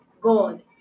God